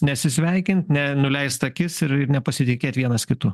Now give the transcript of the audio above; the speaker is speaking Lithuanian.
nesisveikint ne nuleist akis ir nepasitikėt vienas kitu